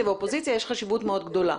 והאופוזיציה יש חשיבות מאוד גדולה.